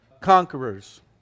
conquerors